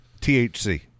THC